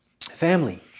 Family